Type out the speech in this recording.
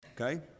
Okay